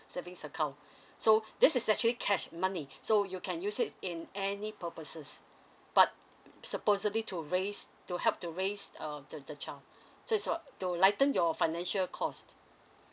savings account so this is actually cash money so you can use it in any purposes but supposedly to raise to help to raise err the the child so is about to lighten your financial cost